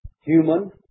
human